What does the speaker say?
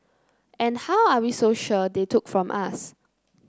and how are we so sure they took from us